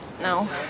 No